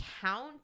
count